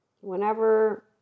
whenever